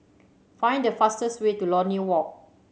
find the fastest way to Lornie Walk